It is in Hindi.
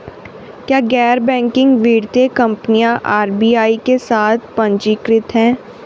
क्या गैर बैंकिंग वित्तीय कंपनियां आर.बी.आई के साथ पंजीकृत हैं?